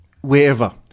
wherever